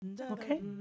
Okay